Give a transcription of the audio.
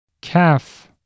Calf